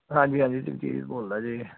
ਹਾਂਜੀ ਹਾਂਜੀ ਜਗਜੀਤ ਬੋਲਦਾ ਜੀ